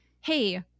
hey